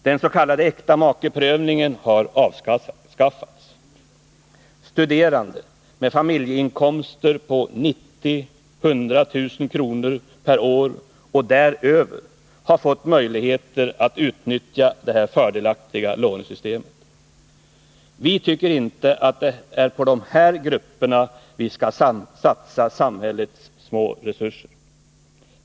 Den s.k. äktamakeprövningen har avskaffats. Studerande med familjeinkomster på 90 000-100 000 kr per år och däröver har fått möjligheter att utnyttja detta fördelaktiga lånesystem. Vi tycker inte att det är på de här grupperna vi skall satsa samhällets små resurser.